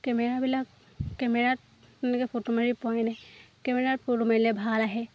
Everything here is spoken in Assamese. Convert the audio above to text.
কেমেৰাবিলাক কেমেৰাত তেনেকৈ ফটো মাৰি পোৱাই নাই কেমেৰাত ফটো মাৰিলে ভাল আহে